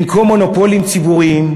במקום מונופולים ציבוריים,